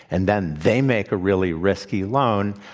and then they make a really risky loan,